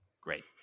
great